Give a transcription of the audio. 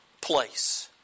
place